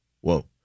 Whoa